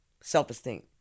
Self-esteem